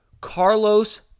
Carlos